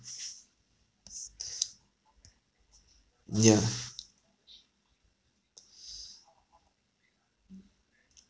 mm yeah